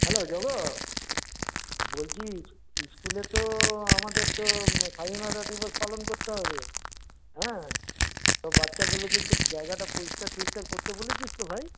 hello জগো বলছি ইস স্কুলে তো আমাদের তো স্বাধীনতা দিবস পালন করতে হবে হ্যাঁ তো বাচ্চাগুলোকে একটু জায়গাটা পরিষ্কার টরিষ্কার করতে বলেছিস তো ভাই